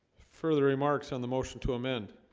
further remarks on the motion to amend